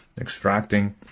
extracting